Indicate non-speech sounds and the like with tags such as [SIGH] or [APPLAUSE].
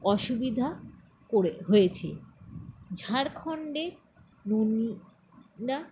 অসুবিধা করে হয়েছে ঝাড়খণ্ডে [UNINTELLIGIBLE]